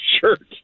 shirt